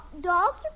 dogs